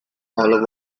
olive